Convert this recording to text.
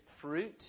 fruit